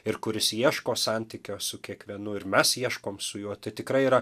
ir kuris ieško santykio su kiekvienu ir mes ieškom su juo tai tikrai yra